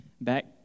back